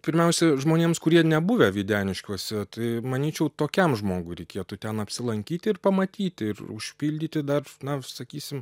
pirmiausia žmonėms kurie nebuvę videniškiuose tai manyčiau tokiam žmogui reikėtų ten apsilankyti ir pamatyti ir užpildyti dar na sakysim